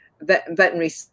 veterinary